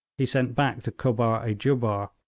he sent back to kubbar-i-jubbar,